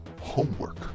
homework